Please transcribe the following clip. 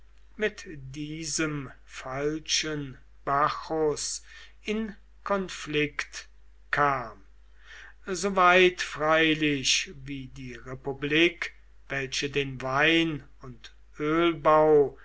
mit diesem falschen bacchus in konflikt kam so weit freilich wie die republik welche den wein und ölbau